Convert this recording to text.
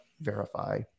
verify